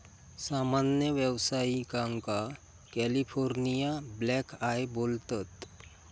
सामान्य व्यावसायिकांका California blackeye बोलतत